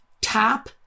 tap